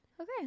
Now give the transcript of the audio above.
okay